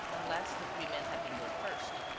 unless the three men had been there first.